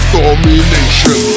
domination